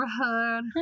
neighborhood